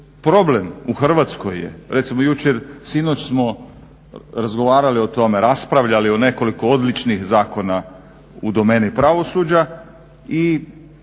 problem u Hrvatskoj je recimo jučer, sinoć smo razgovarali o tome, raspravljali o nekoliko odličnih zakona u domeni pravosuđa i